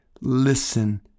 listen